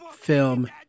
film